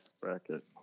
bracket